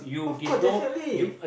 of course definitely